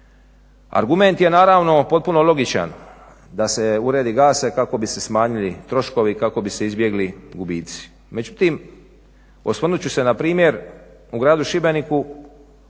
Argument je naravno potpuno logičan, da se uredi gase kako bi se smanjili troškovi kako bi se izbjegli gubiti, međutim osvrnut ću se na primjer gradu Šibeniku